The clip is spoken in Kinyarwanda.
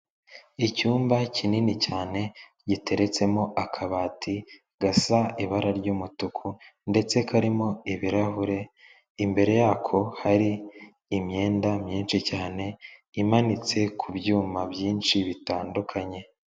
Icyumba kinini cyane gitereretsemo akabati gasa ibara ry'umutuku ndetse karimo ibirahure, imbere yako hari imyenda myinshi cyane imanitse ku byuma byinshi bitandukanye.